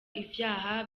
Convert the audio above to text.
ivyaha